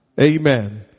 Amen